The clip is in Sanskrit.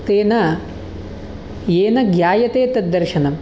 तेन येन ज्ञायते तद्दर्शनं